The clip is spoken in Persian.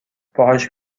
باهاش